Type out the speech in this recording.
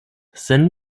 sen